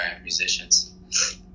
musicians